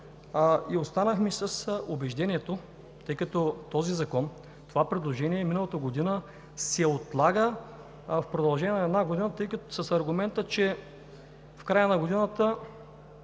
Останахме с убеждението, тъй като този закон, това предложение от миналата година се отлага в продължение на една година с аргумента, че в края на годината